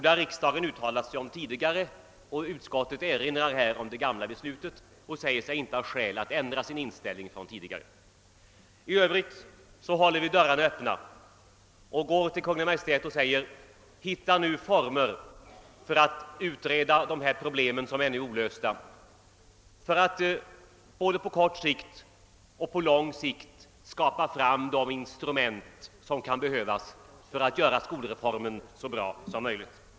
Detta har riksdagen uttalat sig om tidigare, och utskottet erinrar om det gamla beslutet och säger sig inte ha skäl att ändra sitt tidigare ställningstagande. I övrigt håller vi dörrarna öppna och hemställer att Kungl. Maj:t skall försöka finna former för att utreda de problem som ännu är olösta för att både på kort sikt och på lång sikt skapa de instrument som kan behövas för att göra skolreformen så bra som möjligt.